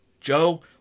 Joe